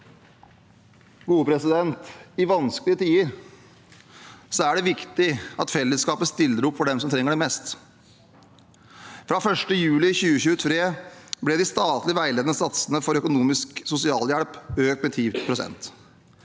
i praksis. I vanskelige tider er det viktig at fellesskapet stiller opp for dem som trenger det mest. Fra 1. juli 2023 ble de statlig veiledende satsene for økonomisk sosialhjelp økt med 10 pst.